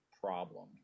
problem